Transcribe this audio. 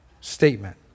statement